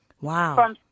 Wow